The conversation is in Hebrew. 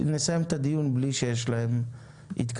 נסיים את הדיון בלי שיש להם התקדמות,